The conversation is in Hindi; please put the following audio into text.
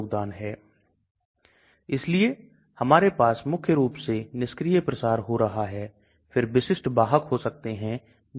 यदि उदाहरण के लिए LogP 4 से ऊपर है तो एंटीफंगल दबाव में से कुछ में LogP अधिक है यह अत्यधिक हाइड्रोफोबिक है और इसलिए आपको इसे अधिक हाइड्रोफिलिक बनाने के बारे में सोचना पड़ सकता है